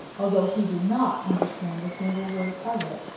although he did not understand a single word of it.